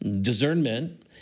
Discernment